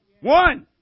one